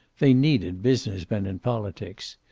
they needed business men in politics.